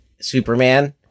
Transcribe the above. Superman